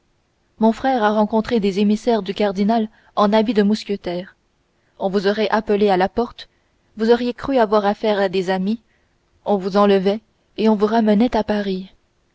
mon frère a rencontré des émissaires du cardinal en habits de mousquetaires on vous aurait appelée à la porte vous auriez cru avoir affaire à des amis on vous enlevait et on vous ramenait à paris